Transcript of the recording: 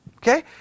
Okay